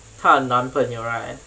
她的男朋友 right